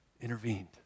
intervened